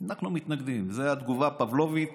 "אנחנו מתנגדים", זה התגובה הפבלובית